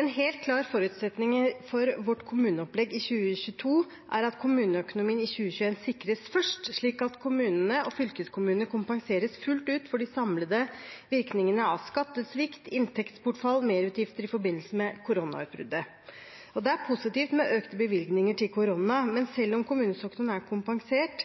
En helt klar forutsetning for vårt kommuneopplegg i 2022 er at kommuneøkonomien i 2021 sikres først, slik at kommunene og fylkeskommunene kompenseres fullt ut for de samlede virkningene av skattesvikt, inntektsbortfall og merutgifter i forbindelse med koronautbruddet. Det er positivt med økte bevilgninger i forbindelse med koronautbruddet. Men selv om kommunesektoren er kompensert